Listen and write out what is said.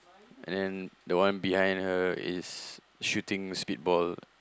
and then the one behind he is shooting speed ball